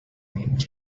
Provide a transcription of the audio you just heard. and